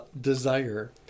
desire